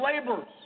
laborers